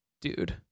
dude